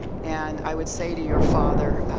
and i would say to your father,